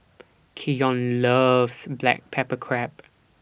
Keyon loves Black Pepper Crab